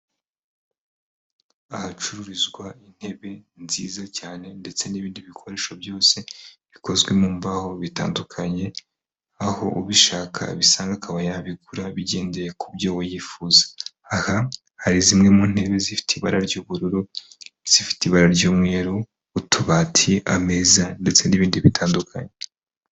Ahacururizwa intebe nziza cyane ndetse n'ibindi bikoresho byose bikozwe mu mbaho bitandukanye, aho ubishaka abisanga akaba yabigura bigendeye ku byo yifuza . Aha hari zimwe mu ntebe zifite ibara ry'ubururu ,zifite ibara ry'umweru, utubati, ameza ndetse n'ibindi bitandukanye.